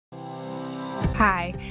Hi